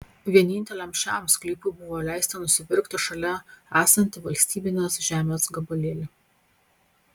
vieninteliam šiam sklypui buvo leista nusipirkti šalia esantį valstybinės žemės gabalėlį